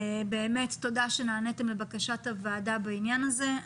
באמת תודה שנעניתם לבקשת הוועדה בעניין הזה.